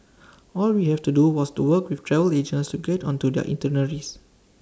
all we had to do was work with travel agents to get onto their itineraries